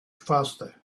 faster